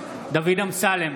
דוד אמסלם,